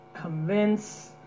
convince